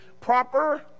proper